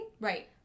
Right